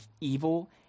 evil